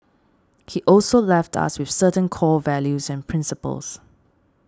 he also left us with certain core values and principles